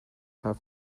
have